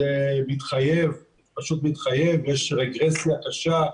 זה מתחייב, פשוט מתחייב כי יש רגרסיה קשה.